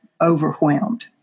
overwhelmed